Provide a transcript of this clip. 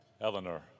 Eleanor